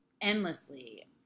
endlessly